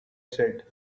said